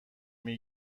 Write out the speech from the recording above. داری